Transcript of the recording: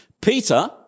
Peter